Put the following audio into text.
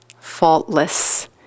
faultless